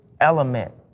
element